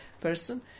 person